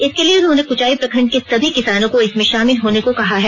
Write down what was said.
इसके लिए उन्होंने कुचाई प्रखंड के सभी किसानों को इसमें शामिल होने को कहा है